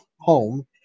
home